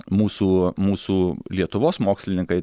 mūsų mūsų lietuvos mokslininkai